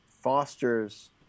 fosters